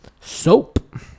Soap